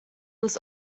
was